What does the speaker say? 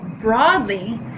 Broadly